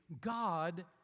God